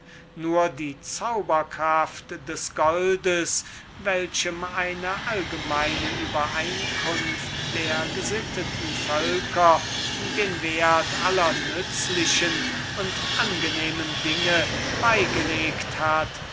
nur die zauberkraft des goldes welchem eine allgemeine übereinkunft der gesitteten völker den wert aller nützlichen und angenehmen dinge beigelegt hat